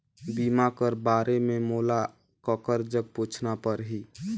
बीमा कर बारे मे मोला ककर जग पूछना परही?